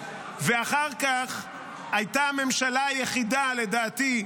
ואחר כך הייתה הממשלה היחידה לדעתי,